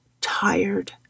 tired